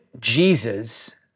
Jesus